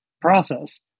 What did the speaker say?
process